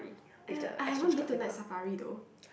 uh I haven't been to Night-Safari though